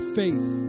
faith